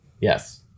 Yes